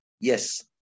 Yes